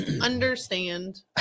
understand